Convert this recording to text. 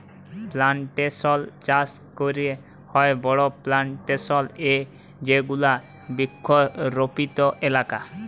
plantation চাস ক্যরেক হ্যয় বড় প্লানটেশল এ যেগুলা বৃক্ষরপিত এলাকা